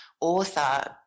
author